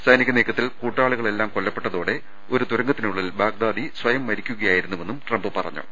സൈനിക നീക്കത്തിൽ കൂട്ടാളികളെല്ലാം കൊല്ലപ്പെട്ടതോടെ ഒരു തുരങ്കത്തിനുള്ളിൽ ബാഗ്ദാദി സ്വയം മരിക്കുകയായിരുന്നുവെന്നും ട്രംപ് പറഞ്ഞു